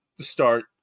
start